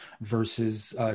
versus